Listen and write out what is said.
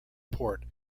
port